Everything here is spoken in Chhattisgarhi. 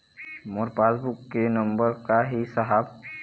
मोर पास बुक के नंबर का ही साहब?